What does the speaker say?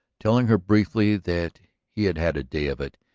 telling her briefly that he had had a day of it,